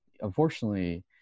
unfortunately